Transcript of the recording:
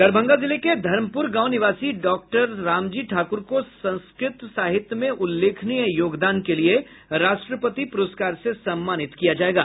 दरभंगा जिले के धर्मपूर गांव निवासी डॉक्टर रामजी ठाक्र को संस्कृत साहित्य में उल्लेखनीय योगदान के लिए राष्ट्रपति पुरस्कार से सम्मानित किया जायेगा